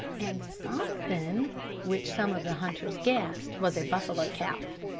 and somethin' which some of the hunters guessed was a buffalo calf.